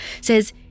says